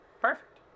Perfect